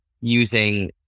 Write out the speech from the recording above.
using